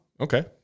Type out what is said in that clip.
Okay